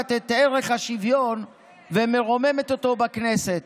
לוקחת את ערך השוויון ומרוממת אותו בכנסת,